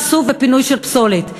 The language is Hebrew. איסוף ופינוי של פסולת.